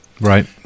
Right